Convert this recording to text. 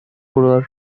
rural